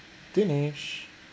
Dinesh